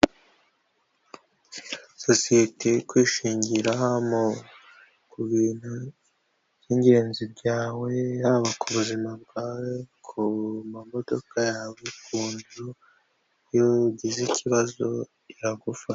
Sosiyete ikwishingira ku bintu by'ingenzi byawe, haba ku buzima bwawe, ku mamodoka yawe, ku nzu, iyo ugize ikibazo iragufasha.